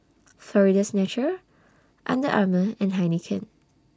Florida's Natural Under Armour and Heinekein